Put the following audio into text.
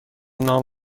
نام